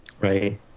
Right